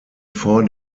vor